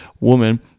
woman